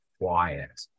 quiet